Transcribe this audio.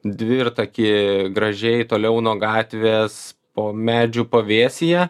dvirtakį gražiai toliau nuo gatvės po medžių pavėsyje